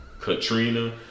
Katrina